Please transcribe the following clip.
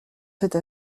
cette